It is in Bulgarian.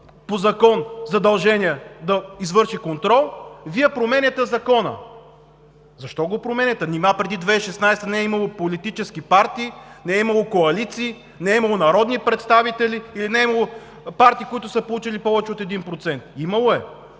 по закон – да извърши контрол, Вие променяте Закона. Защо го променяте? Нима преди 2016 г. не е имало политически партии, не е имало коалиции, не е имало народни представители и не е имало партии, които са получили повече от 1%?! Имало е,